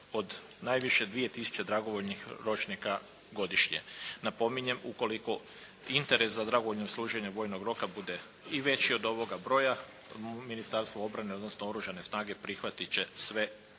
od najviše 2 tisuće dragovoljnih ročnika godišnje. Napominjem ukoliko interes za dragovoljno služenje vojnoga roka bude i veći od ovoga broja Ministarstvo obrane odnosno oružane snage prihvatit će sve